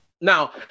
now